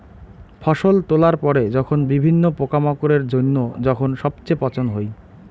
ফসল তোলার পরে যখন বিভিন্ন পোকামাকড়ের জইন্য যখন সবচেয়ে পচন হই